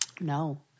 No